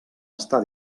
estar